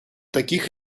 таких